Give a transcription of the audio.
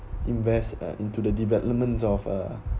invest uh into the developments of uh